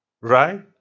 Right